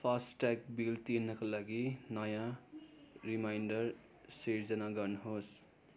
FASTag bill तिर्नका लागि नयाँ रिमाइन्डर सृजना गर्नु होस्